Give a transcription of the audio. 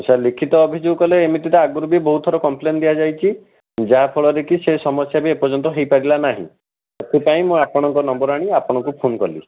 sir ଲିଖିତ ଅଭିଯୋଗ କଲେ ଏମିତି ତ ଆଗରୁ ବି ବହୁତ ଥର କମ୍ପ୍ଲେନ୍ ଦିଆଯାଇଛି ଯାହାଫଳରେ କି ସେ ସମସ୍ୟା ବି ଏ ପର୍ଯ୍ୟନ୍ତ ହେଇପାରିଲା ନାହିଁ ସେଥିପାଇଁ ମୁଁ ଆପଣଙ୍କ ନମ୍ବର ଆଣି ଆପଣଙ୍କୁ ଫୋନ୍ କଲି